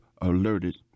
alerted